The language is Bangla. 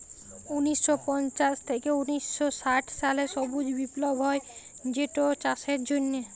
উনিশ শ পঞ্চাশ থ্যাইকে উনিশ শ ষাট সালে সবুজ বিপ্লব হ্যয় যেটচাষের জ্যনহে